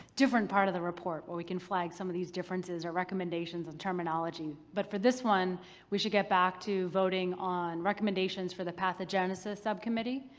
different part of the report where we could flag some of these differences or recommendations on terminology, but for this one we should get back to voting on recommendations for the pathogenesis subcommittee.